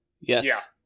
Yes